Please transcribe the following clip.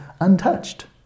untouched